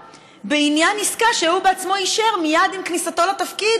בעניין עסקה שהוא בעצמו אישר מייד עם כניסתו לתפקיד,